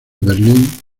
berlin